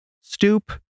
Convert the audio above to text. stoop